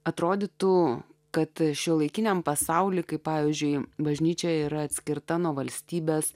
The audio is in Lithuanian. atrodytų kad šiuolaikiniam pasaulyje kaip pavyzdžiui bažnyčia yra atskirta nuo valstybės